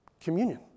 communion